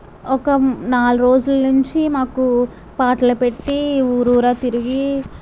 ఒక నాలుగు రోజుల నుంచి మాకు పాటలు పెట్టి ఊరురా తిరిగి